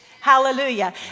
Hallelujah